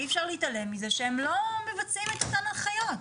אי אפשר להתעלם מזה שהם לא מבצעים את אותן הנחיות.